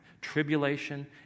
tribulation